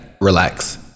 relax